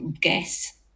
guess